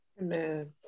Amen